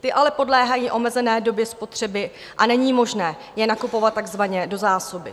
Ty ale podléhají omezené době spotřeby a není možné je nakupovat takzvaně do zásoby.